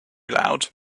loud